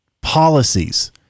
policies